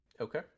Okay